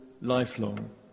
lifelong